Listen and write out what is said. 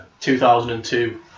2002